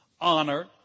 Honor